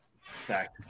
Fact